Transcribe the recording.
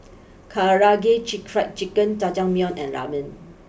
Karaage Fried Chicken Jajangmyeon and Ramen